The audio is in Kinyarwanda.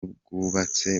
bwubatse